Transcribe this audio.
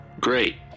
Great